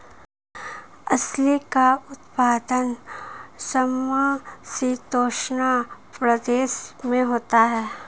अलसी का उत्पादन समशीतोष्ण प्रदेश में होता है